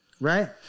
Right